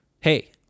hey